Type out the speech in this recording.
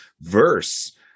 verse